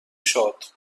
شاد